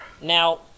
Now